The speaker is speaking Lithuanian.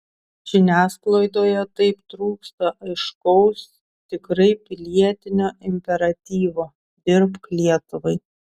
žiniasklaidoje taip trūksta aiškaus tikrai pilietinio imperatyvo dirbk lietuvai